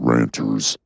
Ranters